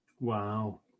wow